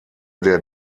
der